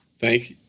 Thank